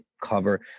cover